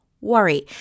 worry